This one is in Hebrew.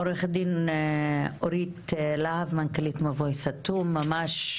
עורכת דין אורית להב, מנכ"לית מבוי סתום, ממש